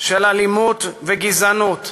של אלימות וגזענות,